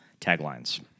taglines